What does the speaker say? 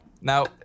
Now